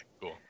Cool